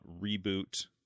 Reboot